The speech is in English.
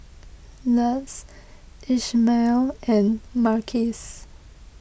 Luz Ishmael and Marquise